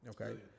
okay